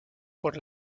por